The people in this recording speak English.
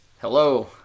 hello